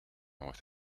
with